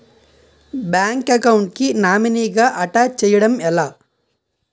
Bank account కి nominee గా attach చేయడం ఎలా?